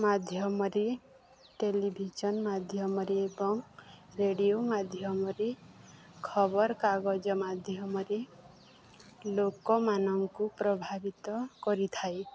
ମାଧ୍ୟମରେ ଟେଲିଭିଜନ୍ ମାଧ୍ୟମରେ ଏବଂ ରେଡ଼ିଓ ମାଧ୍ୟମରେ ଖବରକାଗଜ ମାଧ୍ୟମରେ ଲୋକମାନଙ୍କୁ ପ୍ରଭାବିତ କରିଥାଏ